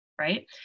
right